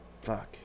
Fuck